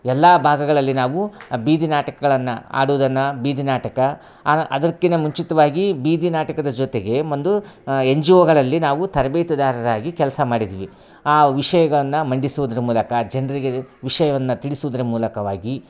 ಎಲ್ಲ ಭಾಗಗಳಲ್ಲಿ ನಾವು ಬೀದಿ ನಾಟಕಗಳನ್ನು ಆಡೋದನ್ನ ಬೀದಿನಾಟಕ ಅದಕಿನ್ನ ಮುಂಚಿತವಾಗಿ ಬೀದಿನಾಟಕದ ಜೊತೆಗೆ ಒಂದು ಎನ್ ಜಿ ಓಗಳಲ್ಲಿ ನಾವು ತರಬೇತಿದಾರರಾಗಿ ಕೆಲ್ಸ ಮಾಡಿದ್ವಿ ಆ ವಿಷಯಗಳನ್ನು ಮಂಡಿಸೋದ್ರ ಮೂಲಕ ಜನರಿಗೆ ವಿಷಯವನ್ನು ತಿಳಿಸೋದ್ರ ಮೂಲಕವಾಗಿ